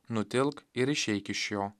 nutilk ir išeik iš jo